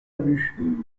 ubu